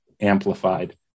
amplified